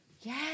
yes